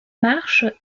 marches